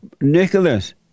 Nicholas